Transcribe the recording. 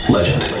Legend